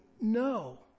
no